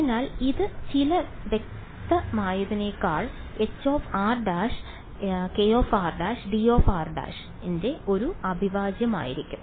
അതിനാൽ ഇത് ചില വ്യക്തമാക്കിയതിനേക്കാൾ hr′kr′dr′ ന്റെ ഒരു അവിഭാജ്യമായിരിക്കും